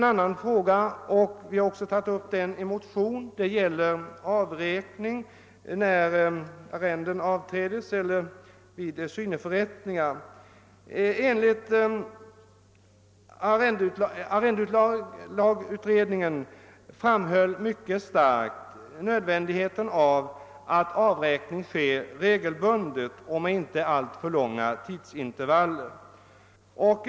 En annan fråga som vi har tagit upp i motionen gäller avräkning när arrenden avträds eller vid syneförrättningar. Arrendelagsutredningen framhöll mycket starkt nödvändigheten av att avräkning sker regeibundet och med inte alltför långa tidsintervaller.